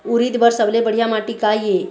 उरीद बर सबले बढ़िया माटी का ये?